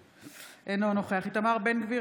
אינו נוכח איתמר בן גביר,